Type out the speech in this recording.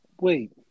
wait